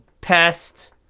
pest